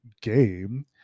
game